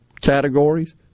categories